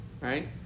Right